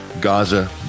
Gaza